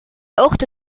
orte